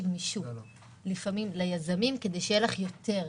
גמישות ליזמים כדי שיהיה לך יותר.